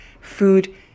food